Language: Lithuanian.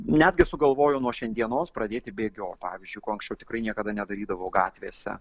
netgi sugalvojau nuo šiandienos pradėti bėgiot pavyzdžiui ko anksčiau tikrai niekada nedarydavau gatvėse